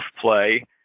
play